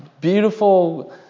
Beautiful